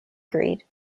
greed